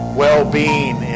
well-being